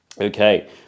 Okay